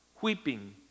weeping